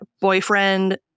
boyfriend